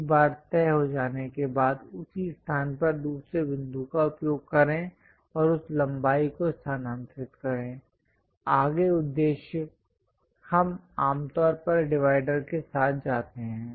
एक बार तय हो जाने के बाद उसी स्थान पर दूसरे बिंदु का उपयोग करें और उस लंबाई को स्थानांतरित करें आगे उद्देश्य हम आम तौर पर डिवाइडर के साथ जाते हैं